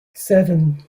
seven